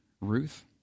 Ruth